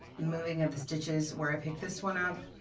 moving of the stitches where i pick this one up,